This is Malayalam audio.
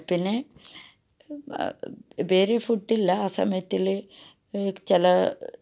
പിന്നെ വേരെ ഫുഡ്ഡില്ല ആ സമയത്തില് ചില